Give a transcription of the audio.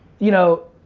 you know,